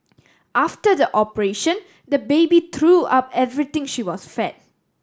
after the operation the baby threw up everything she was fed